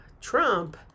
Trump